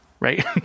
right